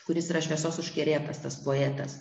kuris yra šviesos užkerėtas tas poetas